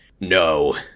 no